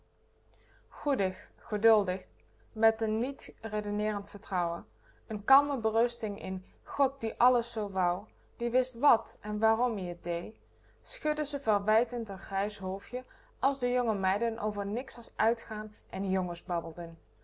goedig geduldig met n niet redeneerend vertrouwen n kalme berusting in god die alles zoo wû die wist wat en wààrom ie t dee schudde ze verwijtend r grijs hoofdje als de jonge meiden over niks as uitgaan en jongens babbelden